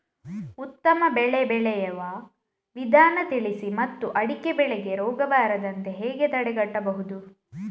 ಉತ್ತಮ ಬೆಳೆ ಬೆಳೆಯುವ ವಿಧಾನ ತಿಳಿಸಿ ಮತ್ತು ಅಡಿಕೆ ಬೆಳೆಗೆ ರೋಗ ಬರದಂತೆ ಹೇಗೆ ತಡೆಗಟ್ಟಬಹುದು?